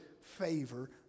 favor